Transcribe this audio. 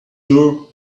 door